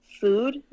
food